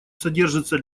содержится